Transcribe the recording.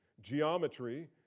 geometry